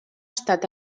estat